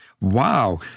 wow